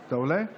עולה?